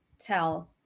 tell